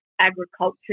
agriculture